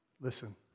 Listen